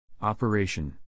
operation